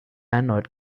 erneut